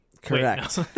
Correct